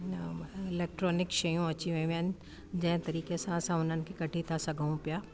electronic शयूं अची वियूं आहिनि जंहिं तरीक़े सां असां उन्हनि खे कढी था सघूं पिया